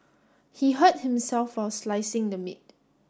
he hurt himself while slicing the meat